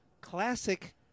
classic